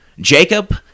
Jacob